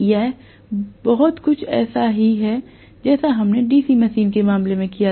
यह बहुत कुछ वैसा ही है जैसा हमने डीसी मशीन के मामले में किया था